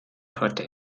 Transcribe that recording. torte